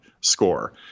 score